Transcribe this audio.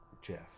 Jeff